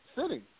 sitting